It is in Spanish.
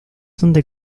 donde